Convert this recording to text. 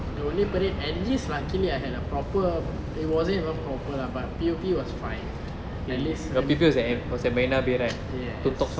the only parade at least luckily I had a proper it wasn't even proper lah but P_O_P was fine at least yes